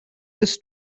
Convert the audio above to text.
his